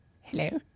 Hello